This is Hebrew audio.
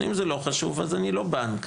אם זה לא חשוב אז אני לא בנק.